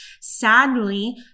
Sadly